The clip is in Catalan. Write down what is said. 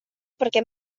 perquè